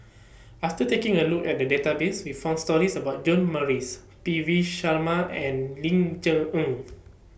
after taking A Look At The Database We found stories about John Morrice P V Sharma and Ling Cher Eng